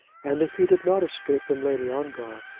and if he did not escape from lady ongar,